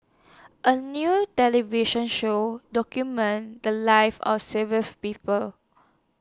A New television Show documented The Lives of People